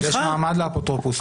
יש מעמד לאפוטרופוס.